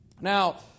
Now